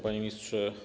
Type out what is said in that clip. Panie Ministrze!